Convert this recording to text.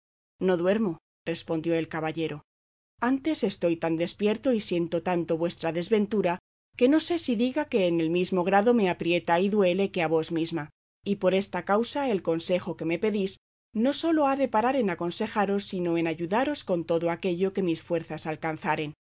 no duermo respondió el caballero antes estoy tan despierto y siento tanto vuestra desventura que no sé si diga que en el mismo grado me aprieta y duele que a vos misma y por esta causa el consejo que me pedís no sólo ha de parar en aconsejaros sino en ayudaros con todo aquello que mis fuerzas alcanzaren